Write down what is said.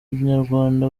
nyarwanda